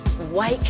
Wake